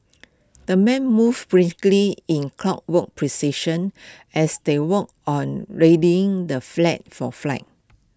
the men moved briskly in clockwork precision as they worked on readying the flag for flight